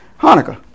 Hanukkah